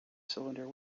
cylinder